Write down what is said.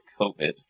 COVID